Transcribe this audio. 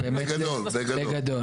בגדול, בגדול.